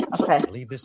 Okay